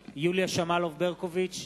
שמאלוב-ברקוביץ,